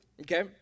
okay